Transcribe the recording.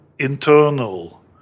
internal